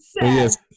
Yes